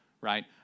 right